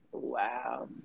Wow